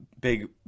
big